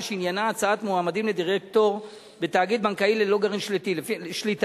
שעניינה הצעת מועמדים לדירקטור בתאגיד בנקאי ללא גרעין שליטה.